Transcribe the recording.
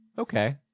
Okay